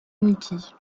niki